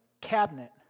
cabinet